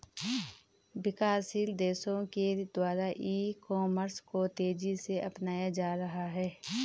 विकासशील देशों के द्वारा ई कॉमर्स को तेज़ी से अपनाया जा रहा है